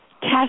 cash